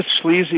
sleazy